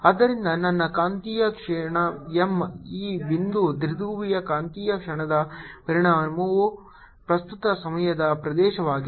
ಆದ್ದರಿಂದ ನನ್ನ ಕಾಂತೀಯ ಕ್ಷಣ m ಈ ಬಿಂದು ದ್ವಿಧ್ರುವಿಯ ಕಾಂತೀಯ ಕ್ಷಣದ ಪ್ರಮಾಣವು ಪ್ರಸ್ತುತ ಸಮಯದ ಪ್ರದೇಶವಾಗಿದೆ